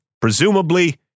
Presumably